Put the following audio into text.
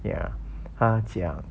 ya 他讲